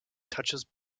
touches